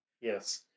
Yes